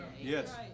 Yes